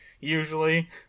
Usually